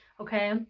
okay